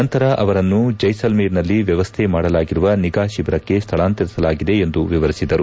ನಂತರ ಅವರನ್ನು ಜೈಸಲ್ಮೇರ್ನಲ್ಲಿ ವ್ಯವಸ್ಥೆ ಮಾಡಲಾಗಿರುವ ನಿಗಾ ಶಿಬಿರಕ್ಕೆ ಸ್ಥಳಾಂತರಿಸಲಾಗಿದೆ ಎಂದು ತಿಳಿಸಿದರು